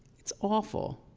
it's awful.